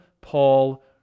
Paul